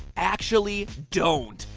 actually don't.